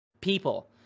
people